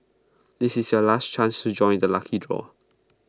this is your last chance to join the lucky draw